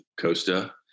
Costa